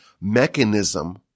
mechanism